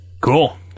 cool